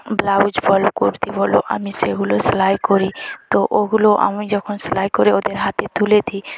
blouse বলো কুর্তি বলো আমি সেগুলো সেলাই করি তো ওগুলো আমি যখন সেলাই করে ওদের হাতে তুলে দি